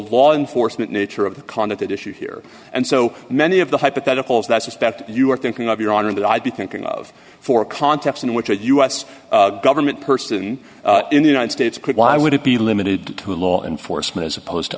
law enforcement nature of the conduct at issue here and so many of the hypotheticals that suspect you are thinking of your honor that i'd be thinking of for a context in which a u s government person in the united states could why would it be limited to law enforcement as opposed to